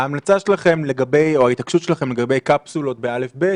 ההמלצה שלכם או ההתעקשות שלכם לגבי קפסולות ב-א' ב'